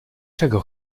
czego